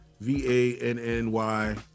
V-A-N-N-Y